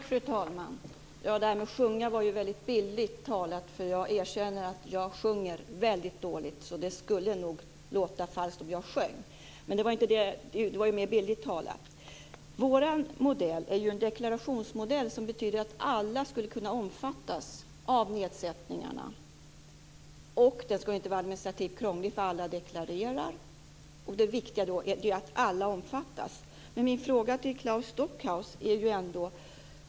Fru talman! Detta med att sjunga var väldigt bildligt talat, eftersom jag erkänner att jag sjunger väldigt dåligt, så det skulle nog låta falskt om jag sjöng. Men det var mer bildligt talat. Vår modell är en deklarationsmodell som betyder att alla skulle kunna omfattas av nedsättningarna. Och det ska inte vara administrativt krångligt därför att alla deklarerar. Och det viktiga är ju att alla omfattas. Jag har en fråga till Claes Stockhaus.